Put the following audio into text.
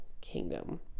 kingdom